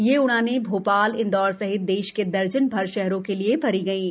ये उड़ानें भोपाल इंदौर सहित देश के दर्जन भर शहरों के लिये भरी गयीं